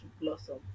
blossom